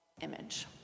Image